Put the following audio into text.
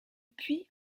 puits